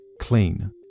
clean